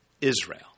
Israel